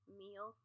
meal